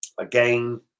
Again